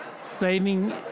saving